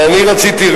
ואני רק רציתי,